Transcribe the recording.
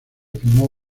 filmó